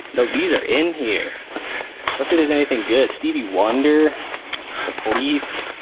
no, these are in here let's see. there's anything good stevie wonder the police?